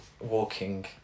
walking